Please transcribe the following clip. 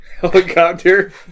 helicopter